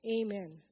Amen